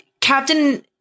Captain